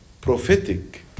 prophetic